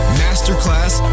masterclass